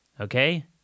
Okay